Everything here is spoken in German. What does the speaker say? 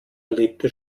erlebte